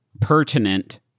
pertinent